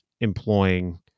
employing